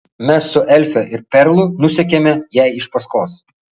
mes su elfe ir perlu nusekėme jai iš paskos